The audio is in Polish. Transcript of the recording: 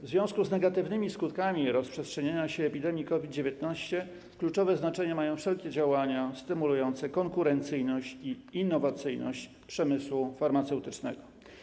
W związku z negatywnymi skutkami rozprzestrzeniania się epidemii COVID-19 kluczowe znaczenie mają wszelkie działania stymulujące konkurencyjność i innowacyjność przemysłu farmaceutycznego.